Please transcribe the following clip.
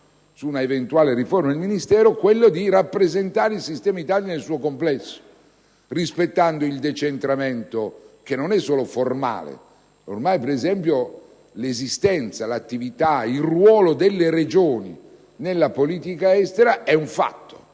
su un'eventuale riforma del Ministero - il compito di rappresentare il sistema Italia nel suo complesso, rispettando il decentramento, che non è solo formale. Ad esempio, l'esistenza, l'attività ed il ruolo delle Regioni nella politica estera